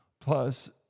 plus